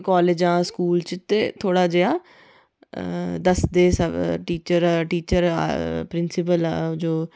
काॅलेजां school च ते थोह्ड़ा जेहा दसदे सब टीचर प्रिंसिपल जो